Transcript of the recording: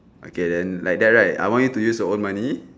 okay then like that right I want you to use your own money